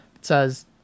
says